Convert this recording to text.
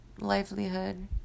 livelihood